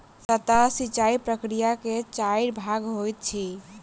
सतह सिचाई प्रकिया के चाइर भाग होइत अछि